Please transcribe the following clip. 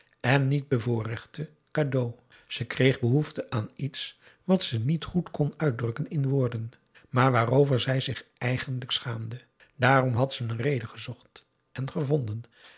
en niet bevoorrechte cadeau ze kreeg behoefte aan iets wat ze niet goed kon uitdrukken in woorden maar waarover zij zich eigenlijk schaamde daarom had ze een reden gezocht en gevonden